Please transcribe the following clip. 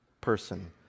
person